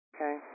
Okay